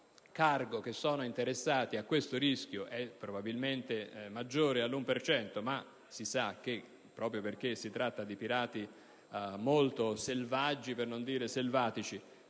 di cargo che corrono questo rischio è probabilmente maggiore all'1 per cento ma si sa che, proprio perché si tratta di pirati molto selvaggi, per non dire selvatici,